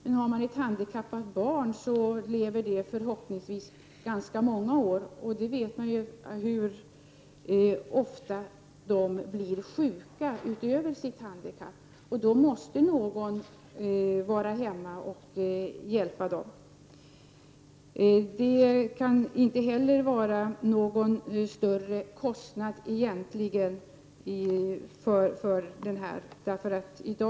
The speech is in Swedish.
Men har man ett handikappat barn lever det förhoppningsvis ganska många år, och man vet ju hur ofta de utöver sitt handikapp blir sjuka. Då måste någon vara hemma och hjälpa dem. Utgiften för den här vården kan egentligen inte vara någon större kostnad.